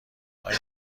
آیا